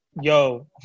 yo